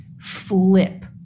flip